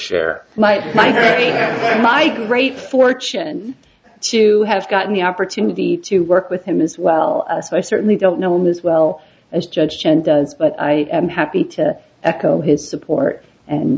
share my my great my great fortune to have gotten the opportunity to work with him as well as i certainly don't know him as well as judge chen does but i am happy to echo his support and